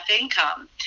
income